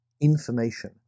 information